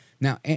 Now